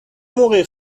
موقع